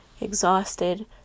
exhausted